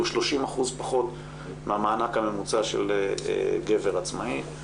הוא 30% פחות מהמענק הממוצע של גבר עצמאי.